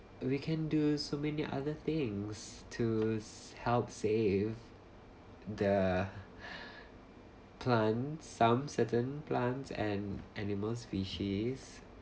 we can do so many other things to help save the plant some certain plants and animals species